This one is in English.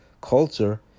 culture